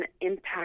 impact